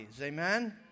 amen